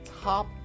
top